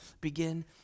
begin